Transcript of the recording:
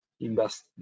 invest